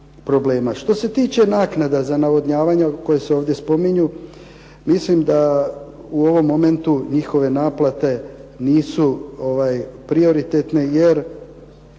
Što se tiče naknada za navodnjavanje koje se ovdje spominju, mislim da u ovom momentu njihove naplate nisu prioritetne, jer